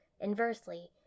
inversely